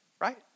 right